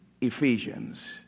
Ephesians